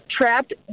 trapped